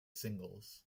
singles